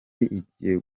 igiye